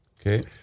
Okay